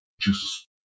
Jesus